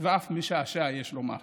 ואף משעשע, יש לומר.